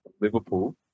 Liverpool